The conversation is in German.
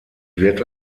wird